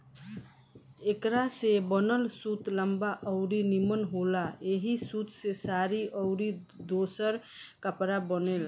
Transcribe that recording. एकरा से बनल सूत लंबा अउरी निमन होला ऐही सूत से साड़ी अउरी दोसर कपड़ा बनेला